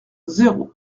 zéro